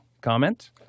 Comment